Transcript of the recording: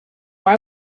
why